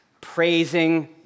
praising